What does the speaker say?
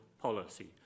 policy